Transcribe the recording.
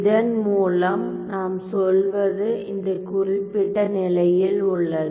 இதன் மூலம் நாம் சொல்வது இந்த குறிப்பிட்ட நிலையில் உள்ளது